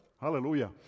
Hallelujah